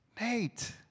Nate